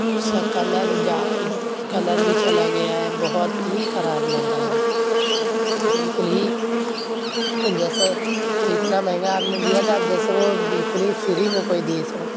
اس کا کلر جا کلر بھی چلا گیا ہے بہت ہی خراب لگ رہا ہے وہ بالکل ہی جیسے اتنا مہنگا آپ نے دیا تھا اب جیسے وہ بالکل ہی فِری میں کوئی دہیس ہو